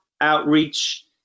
outreach